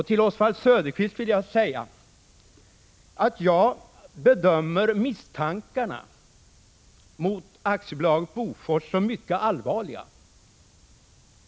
Till Oswald Söderqvist vill jag säga att jag bedömer misstankarna mot AB Bofors som mycket allvarliga.